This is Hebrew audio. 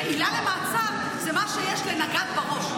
שעילה למעצר זה מה שיש לנגד בראש,